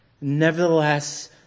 Nevertheless